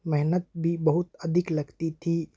मेहनत भी बहुत अधिक लगती थी